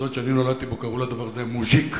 במחוזות שאני נולדתי בהם קראו לדבר הזה "מוז'יק".